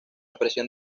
presión